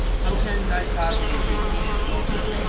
how can thy cousin be a king's daughter?